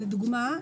לדוגמה,